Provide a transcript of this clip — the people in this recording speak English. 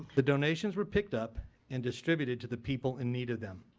the donations were picked up and distributed to the people in need of them.